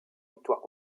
victoires